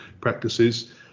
practices